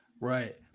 right